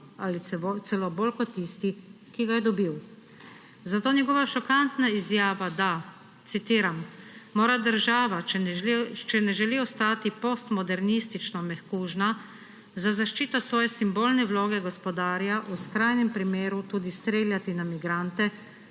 ali celo bolj kot tisti, ki ga je dobil. Zato njegova šokantna izjava, citiram − »mora država, če ne želi ostati postmodernistično mehkužna, za zaščito svoje simbolne vloge gospodarja v skrajnem primeru tudi streljati na migrante